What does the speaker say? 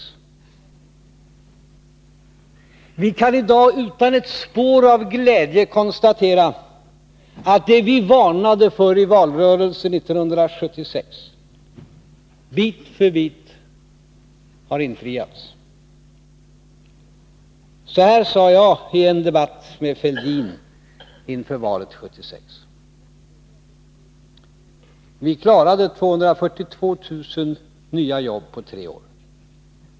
Vi kan i dag utan ett spår av glädje konstatera att det vi varnade för i valrörelsen 1976 bit för bit har besannats. Så här sade jag i en debatt med Thorbjörn Fälldin inför valet 1976: ”Vi klarade 242 000 nya jobb på tre år.